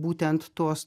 būtent tuos